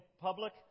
public